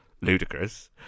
ludicrous